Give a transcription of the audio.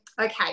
Okay